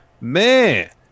man